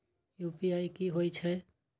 UPI की होय छै?